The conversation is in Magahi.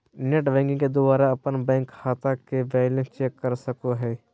नेट बैंकिंग के द्वारा अपन बैंक खाता के बैलेंस चेक कर सको हो